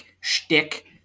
shtick